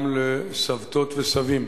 גם לסבתות וסבים.